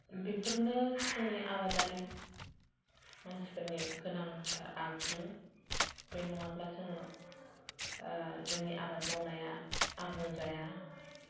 बेफोरनो जोंनि आबादारि मानसिफोरनि गोनांथार आगजु बे नङाब्ला जोङो जोंनि आबाद मावनाया आबुं जाया